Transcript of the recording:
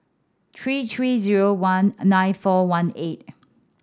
three three zero one nine four one eight